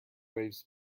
waves